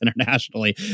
internationally